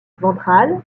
ventrale